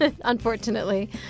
unfortunately